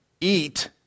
eat